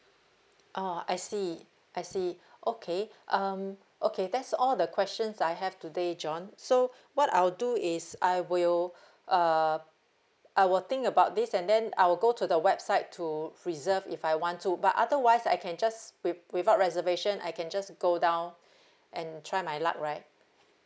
oh I see I see okay um okay that's all the questions I have today john so what I'll do is I will uh I will think about this and then I'll go to the website to reserve if I want to but otherwise I can just wi~ without reservation I can just go down and try my luck right